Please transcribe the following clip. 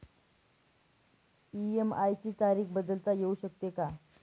EMI ची तारीख बदलता येऊ शकते का?